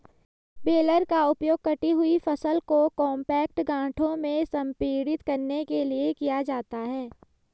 baler का उपयोग कटी हुई फसल को कॉम्पैक्ट गांठों में संपीड़ित करने के लिए किया जाता है